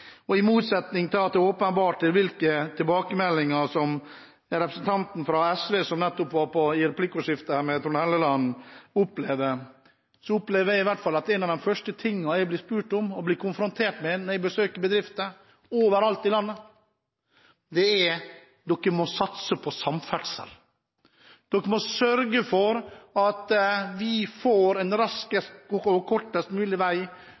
landet. I motsetning til de tilbakemeldingene representanten fra SV som nettopp var i replikkordskiftet med Trond Helleland, fikk, så opplever i hvert fall jeg at en av de første tingene jeg blir spurt om og konfrontert med når jeg besøker bedrifter overalt i landet, er: Dere må satse på samferdsel, dere må sørge for at vi får en raskest og kortest mulig vei